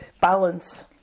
Balance